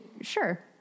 Sure